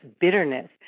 bitterness